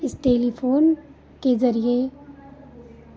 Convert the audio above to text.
इस टेलीफ़ोन के ज़रिये